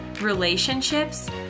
relationships